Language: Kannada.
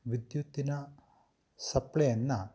ವಿದ್ಯುತ್ತಿನ ಸಪ್ಲೈಯನ್ನು